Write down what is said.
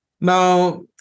Now